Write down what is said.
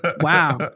Wow